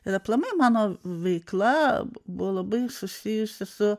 ir aplamai mano veikla buvo labai susijusi su